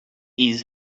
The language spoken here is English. his